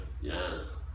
yes